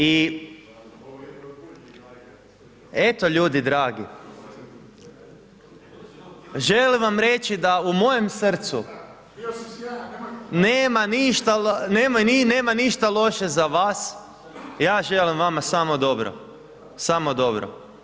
I eto ljudi dragi, želim vam reći da u mojem srcu nema ništa, nema ništa loše za vas, ja želim vama samo dobro, samo dobro.